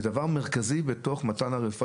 זה דבר מרכזי בתוך מתן הרפואה,